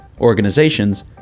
organizations